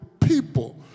people